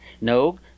No